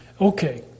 Okay